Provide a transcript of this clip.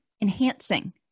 Enhancing